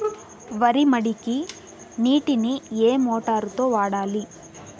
వరి మడికి నీటిని ఏ మోటారు తో వాడాలి?